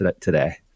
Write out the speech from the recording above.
today